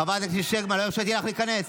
חברת הכנסת שיר סגמן, לא הרשיתי לך להיכנס.